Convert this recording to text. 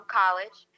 college